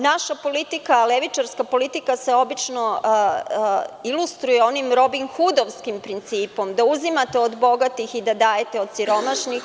Naša levičarska politika se obično ilustruje onim robinhudovskim principom, da uzimate od bogatih i da dajete od siromašnih.